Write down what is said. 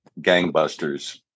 gangbusters